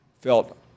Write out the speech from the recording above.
felt